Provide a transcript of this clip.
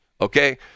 Okay